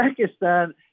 Pakistan